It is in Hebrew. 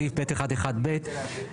בסעיף (ב1)(1) להצעת החוק,